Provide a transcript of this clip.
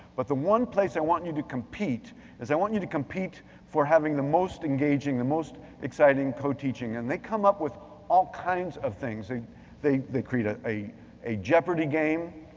but the one place i want you to compete is i want you to compete for having the most engaging, the most exciting co-teaching. and they come up with all kinds of things, and they they create ah a a jeopardy game.